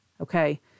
okay